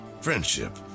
friendship